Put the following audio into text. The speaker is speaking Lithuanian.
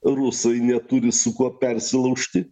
rusai neturi su kuo persilaužti